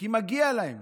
כי מגיע להם